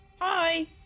Hi